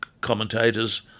commentators